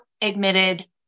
admitted